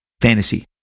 fantasy